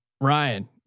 Ryan